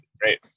Great